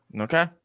Okay